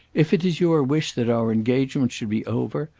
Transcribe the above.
if it is your wish that our engagement should be over,